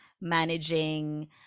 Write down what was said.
managing